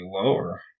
lower